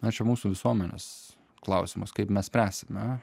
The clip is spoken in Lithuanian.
na čia mūsų visuomenės klausimas kaip mes pręsime